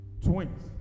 twins